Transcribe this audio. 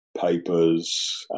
papers